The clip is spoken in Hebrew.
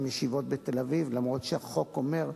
ישיבות בתל-אביב אף-על-פי שהחוק אומר: